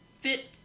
fit